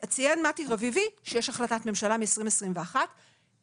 מתי רביבי ציין שיש החלטת ממשלה מ-2021 על